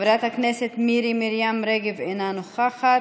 חברת הכנסת מירי מרים רגב, אינה נוכחת.